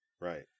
Right